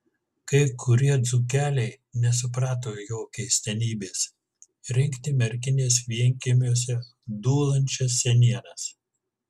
kai kurie dzūkeliai nesuprato jo keistenybės rinkti merkinės vienkiemiuose dūlančias senienas